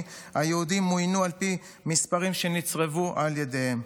היהודים מוינו על פי מספרים שנצרבו על ידיהם.